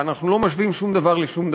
ואנחנו לא משווים שום דבר לשום דבר,